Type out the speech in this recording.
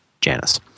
Janice